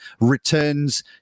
returns